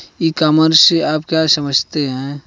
ई commerce से आप क्या समझते हैं?